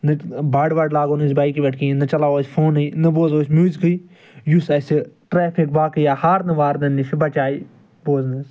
نہ بَڈ وَڈ لاگَو نہٕ أسۍ بایکہِ پٮ۪ٹھ کِہیٖنۍ نہٕ چلاوَو أسۍ فونٕے نہ بوزَو أسۍ میوٗزِکٕے یُس اَسہِ ٹرایفِک باقٕے یا ہارنہٕ وارنہٕ نِش بچایہِ بوزنَس